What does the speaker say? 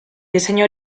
diseño